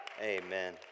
Amen